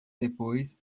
depois